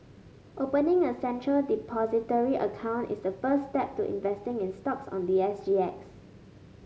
opening a Central Depository account is the first step to investing in stocks on the S G X